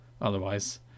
Otherwise